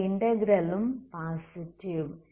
இந்த இன்டகிரல் ம் பாசிட்டிவ்